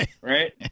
Right